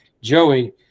joey